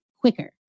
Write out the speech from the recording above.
quicker